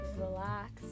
relax